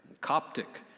Coptic